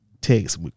text